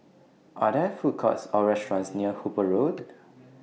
Are There Food Courts Or restaurants near Hooper Road